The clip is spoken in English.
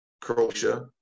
Croatia